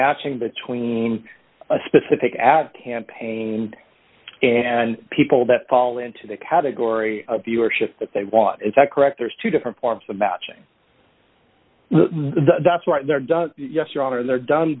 matching between a specific ad campaign and people that fall into the category of viewership that they want is that correct there's two different forms of matching that's what they're done yes your honor they're done